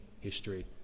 history